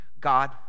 God